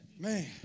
Man